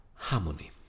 Harmony